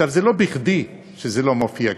עכשיו, זה לא בכדי לא מופיע כאן.